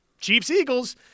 Chiefs-Eagles